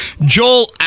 Joel